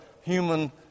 human